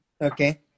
Okay